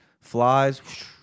flies